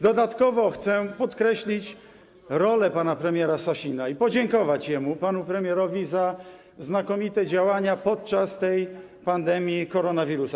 Dodatkowo chcę podkreślić rolę pana premiera Sasina i podziękować mu, panu premierowi, za znakomite działania podczas tej pandemii koronawirusa.